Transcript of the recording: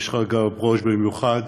שרגא ברוש במיוחד,